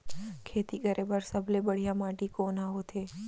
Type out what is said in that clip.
खेती करे बर सबले बढ़िया माटी कोन हा होथे?